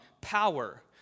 power